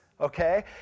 okay